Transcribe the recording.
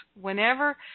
Whenever